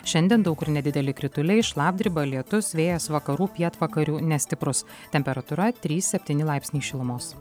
šiandien daug kur nedideli krituliai šlapdriba lietus vėjas vakarų pietvakarių nestiprus temperatūra trys septyni laipsniai šilumos